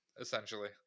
essentially